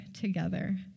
together